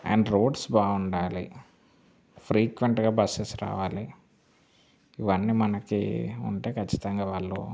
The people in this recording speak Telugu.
అండ్ రోడ్స్ బాగుండాలి ఫ్రీక్వెంట్గా బస్సెస్ రావాలి ఇవన్నీ మనకి ఉంటే కచ్చితంగా వాళ్ళు